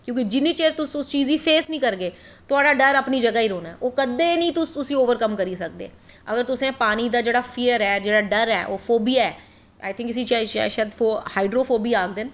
केयोंकि जिन्नी देर तुस उस चीज़ गी फेस नी करगे तुआढ़ा डर अपनी जगाह् ही रौह्नां कदैं नी तुस उसी ओवरकम करी सकदे अगर तुसैं पानी ता डर ऐ ओह् फोबिया ऐ आई थिंक इसी हाईड्रोफोविया आखदे न